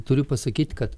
turiu pasakyti kad